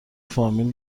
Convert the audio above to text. فامیل